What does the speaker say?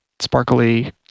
sparkly